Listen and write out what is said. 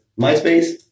MySpace